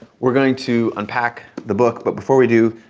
we're going to unpack the book, but before we do,